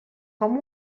com